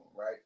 right